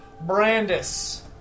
Brandis